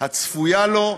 הצפויה לו,